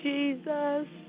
Jesus